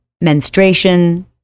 menstruation